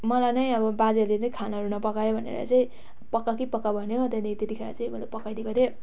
मलाई नै अब बाजेले नै खानाहरू नपकायो भनेर चाहिँ पका कि पका भन्यो त्यहाँदेखि चाहिँ मैले पकाइदिएको थिएँ